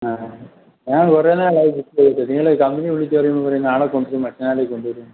ആ ഞാൻ കുറേ നാളായി വിളിച്ച് ചോദിക്കുന്നു നിങ്ങളുടെ കമ്പനിയിൽ വിളിച്ച് പറയുമ്പോൾ പറയും നാളെ കൊണ്ടുവരും മറ്റന്നാൾ കൊണ്ടുവരും